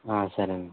సరేండి